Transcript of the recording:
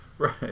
Right